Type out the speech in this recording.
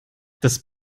das